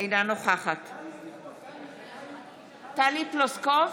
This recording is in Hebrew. נגד אורלי פרומן, בעד תהלה פרידמן,